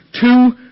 two